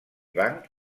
banc